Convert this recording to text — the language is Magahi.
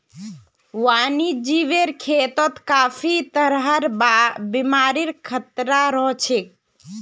वन्यजीवेर खेतत काफी तरहर बीमारिर खतरा रह छेक